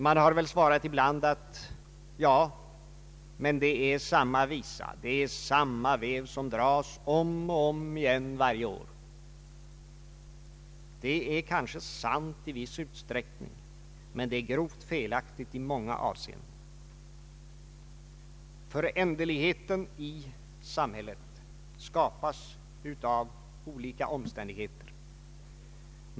Man har väl svarat ibland, att det här är samma visa, samma vev som dras om och om igen varje år. Det är kanske sant i viss utsträckning, men det är grovt felaktigt i många avseenden. Föränderligheten i samhället skapas av olika omständigheter.